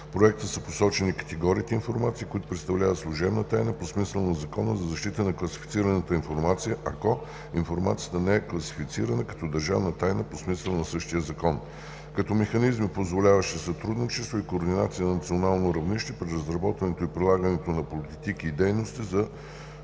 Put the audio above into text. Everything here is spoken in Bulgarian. проекта са посочени категориите информация, които представляват служебна тайна по смисъла на Закона за защита на класифицираната информация, ако информацията не е класифицирана като държавна тайна по смисъла на същия Закон. Като механизми, позволяващи сътрудничество и координация на национално равнище при разработването и прилагането на политики и дейности за